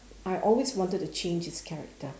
I always wanted to change his character